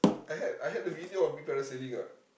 I had I had a video of me parasailing [what]